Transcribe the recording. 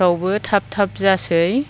फ्रावबो थाब थाब जासै